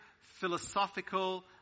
philosophical